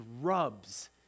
rubs